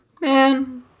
Man